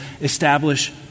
establish